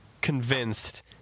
convinced